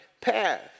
path